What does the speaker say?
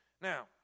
Now